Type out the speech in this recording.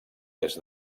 des